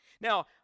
Now